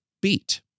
beat